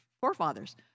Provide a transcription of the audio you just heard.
forefathers